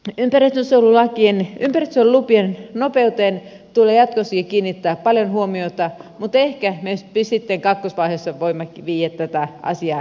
en berättelse olla pieni tarzan ympäristönsuojelulupien nopeuteen tulee jatkossakin kiinnittää paljon huomiota mutta ehkä me sitten kakkosvaiheessa voimme viedä tätä asiaa eteenpäin